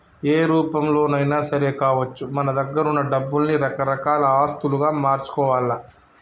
ఏ రూపంలోనైనా సరే కావచ్చు మన దగ్గరున్న డబ్బుల్ని రకరకాల ఆస్తులుగా మార్చుకోవాల్ల